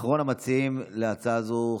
אחרון המציעים בהצעה זו,